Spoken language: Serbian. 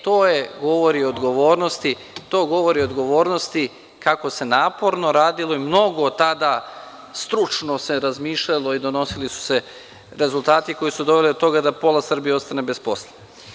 To govori o odgovornosti, kako se naporno radilo i mnogo se tada stručno razmišljalo i donosili su se rezultati koji su doveli do toga da pola Srbije ostane bez posla.